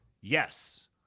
Yes